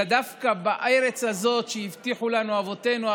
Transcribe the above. אלא דווקא לארץ הזאת שהבטיחו לנו אבותינו,